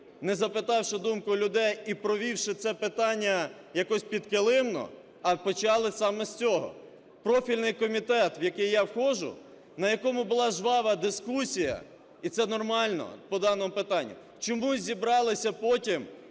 не запитавши думку людей і провівши це питання якось підкилимно… А почали саме з цього. Профільний комітет, в який я входжу, на якому була жвава дискусія, і це нормально, по даному питанню, чомусь зібралися потім,